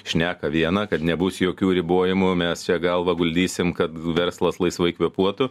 šneka viena kad nebus jokių ribojimų mes čia galvą guldysim kad verslas laisvai kvėpuotų